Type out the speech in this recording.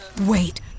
wait